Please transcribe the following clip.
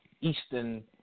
Eastern